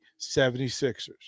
76ers